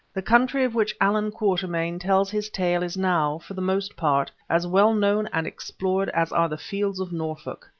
the country of which allan quatermain tells his tale is now, for the most part, as well known and explored as are the fields of norfolk.